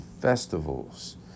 festivals